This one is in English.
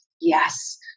yes